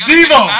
Devo